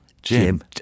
Jim